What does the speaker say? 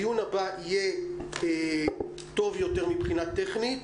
הדיון הבא יהיה טוב יותר מבחינה טכנית.